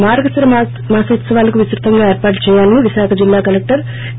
మార్గశిర మానోత్సవాలకు విస్పుతంగా ఏర్పాట్లు చేయాలని విశాఖ జిల్లా కలెక్టర్ వి